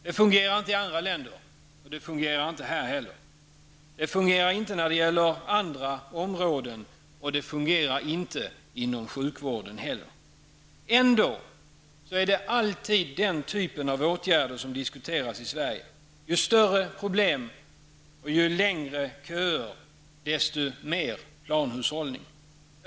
Den fungerar inte i andra länder, och den fungerar inte i Sverige heller. Den fungerar inte när det gäller andra områden, och den fungerar inte inom sjukvården heller. Ändå är det alltid den typen av åtgärder som diskuteras i Sverige. Ju större problem och ju längre köer, desto mer planhushållning.